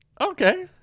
Okay